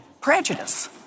prejudice